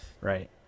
right